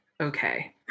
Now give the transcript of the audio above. okay